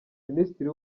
minisitiri